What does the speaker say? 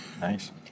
Nice